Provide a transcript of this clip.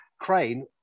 crane